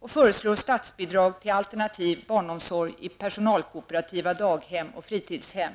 och föreslår statsbidrag till alternativ barnomsorg i personalkooperativa daghem och fritidshem.